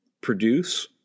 produce